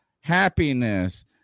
happiness